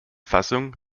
fassung